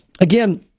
again